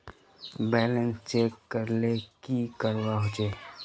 Balance check करले की करवा होचे?